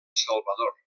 salvador